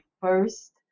first